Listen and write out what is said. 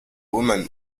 woman